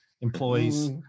employees